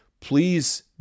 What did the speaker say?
Please